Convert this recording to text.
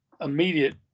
immediate